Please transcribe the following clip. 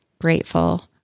grateful